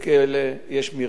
יש מרפאה בכל כלא,